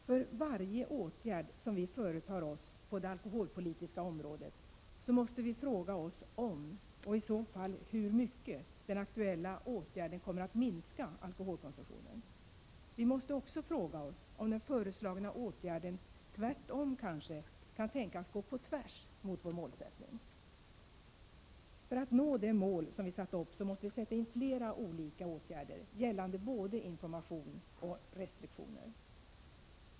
För varje åtgärd som vi företar oss på det alkoholpolitiska området måste vi fråga oss om, och i så fall hur mycket, den aktuella åtgärden kommer att minska alkoholkonsumtionen. Vi måste också fråga oss om den föreslagna åtgärden tvärtom kanske kan tänkas gå på tvärs med vår målsättning. För att nå det mål som vi satt upp måste vi vidta flera olika åtgärder gällande både information och restriktioner.